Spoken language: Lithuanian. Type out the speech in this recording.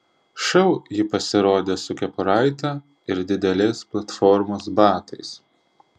šou ji pasirodė su kepuraite ir didelės platformos batais